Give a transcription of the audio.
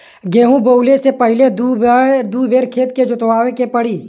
गेंहू बोवले से पहिले दू बेर खेत के जोतवाए के पड़ी